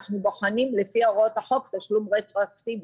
אנחנו בוחנים על פי הוראות החוק תשלום רטרואקטיבי.